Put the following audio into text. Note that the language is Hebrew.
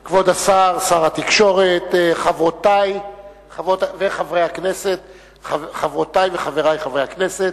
השר, שר התקשורת, חברותי וחברי חברי הכנסת,